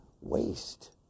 waste